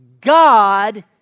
God